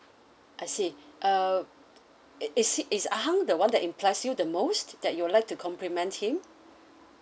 I see uh is he is ah hang the one that impressed you the most that you'd like to compliment him